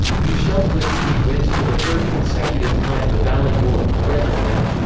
michel platini wins for the third consecutive time the ballon d'or, a record then.